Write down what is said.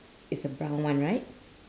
it's a brown one right